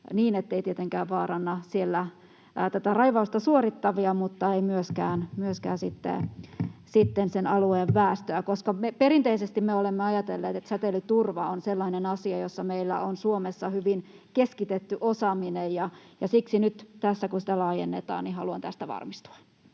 niin, ettei tietenkään vaaranna siellä tätä raivausta suorittavia mutta ei myöskään sen alueen väestöä. Perinteisesti me olemme ajatelleet, että säteilyturva on sellainen asia, jossa meillä on Suomessa hyvin keskitetty osaaminen, ja siksi nyt, kun sitä tässä laajennetaan, haluan tästä varmistua.